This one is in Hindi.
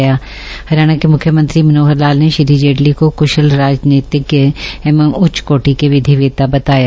हरियाणा के मुख्यमंत्री मनोहर लाल ने श्री जेटली को कू ाल राजनीतिज्ञ एवं उच्च कोटि के विधिवेत्ता बताया